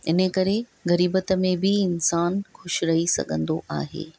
इन करे ग़रीबत में बि इंसानु ख़ुशि रही सघंदो आहे